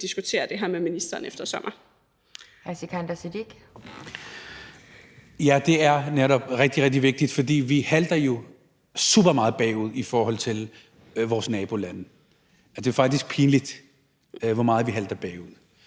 Sikandar Siddique (UFG): Ja, det er netop rigtig, rigtig vigtigt, for vi halter jo super meget bagefter i forhold til vores nabolande. Det er jo faktisk pinligt, hvor meget vi halter bagefter.